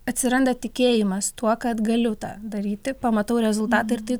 atsiranda tikėjimas tuo kad galiu tą daryti pamatau rezultatą ir tai